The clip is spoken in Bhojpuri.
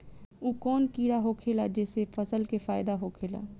उ कौन कीड़ा होखेला जेसे फसल के फ़ायदा होखे ला?